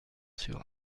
sur